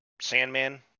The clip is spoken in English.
Sandman